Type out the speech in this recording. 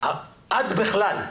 עד בכלל.